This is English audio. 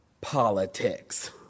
politics